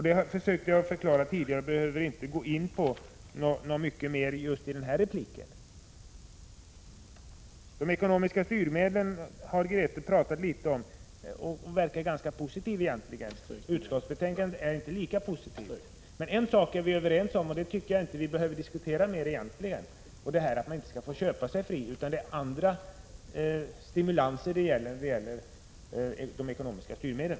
Det försökte jag förklara tidigare, och jag behöver därför inte gå in på detta ytterligare i just den här repliken. Grethe Lundblad berörde litet grand de ekonomiska styrmedlen. Hon verkade egentligen ganska positiv. Utskottet är dock inte lika positivt. Men en sak är vi överens om, och den tycker jag att vi inte behöver diskutera ytterligare. Jag syftar på åsikten att man inte skall få köpa sig fri utan att det handlar om andra stimulanser när det gäller de ekonomiska styrmedlen.